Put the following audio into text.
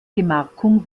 gemarkung